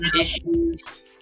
issues